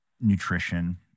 nutrition